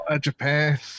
Japan